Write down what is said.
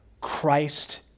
Christ